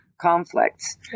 conflicts